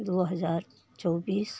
दू हजार चौबीस